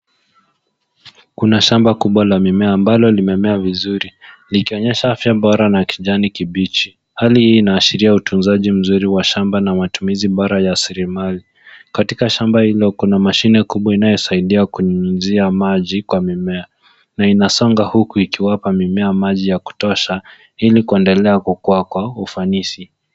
Kuna shamba kubwa la mimea ambalo limemea vizuri, likionyesha afya bora na kijani kibichi. Hali hii inaashiria utunzaji mzuri wa shamba na matumizi bora ya rasilimali. Katika shamba hilo kuna mashine kubwa inayosaidia kunyunyizia maji kwa mimea na inasonga huku ikiwapa mimea maji ya kutosha, ilikuendelea kukuwa kwa ufanisi.